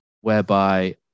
whereby